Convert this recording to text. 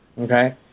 Okay